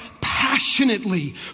passionately